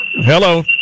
Hello